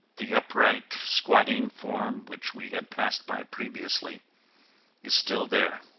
the upright, squatting form which we had passed by previously is still there.